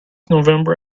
november